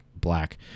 black